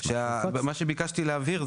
מה שביקשתי להבהיר,